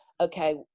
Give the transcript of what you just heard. okay